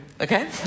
Okay